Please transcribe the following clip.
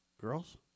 girls